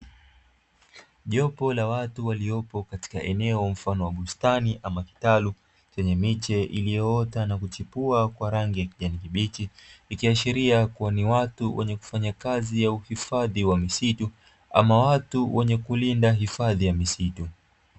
Jopo la watu waliopo katika eneo mfano wa bustani ama kitalu chenye miche iliyoota na kuchipua kwa rangi ya kijani kibichi, ikiashiria kuwa ni watu wenye kufanya kazi ya uhifadhi wa misitu ama watu wenye kulinda hifadhi ya misitu.